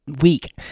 week